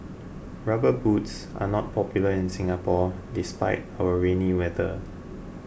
rubber boots are not popular in Singapore despite our rainy weather